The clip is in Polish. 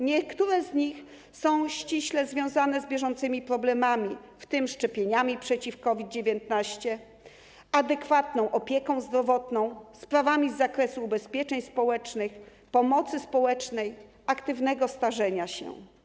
Niektóre z nich są ściśle związane z bieżącymi problemami, w tym szczepieniami przeciw COVID-19, adekwatną opieką zdrowotną, sprawami z zakresu ubezpieczeń społecznych, pomocy społecznej, aktywnego starzenia się.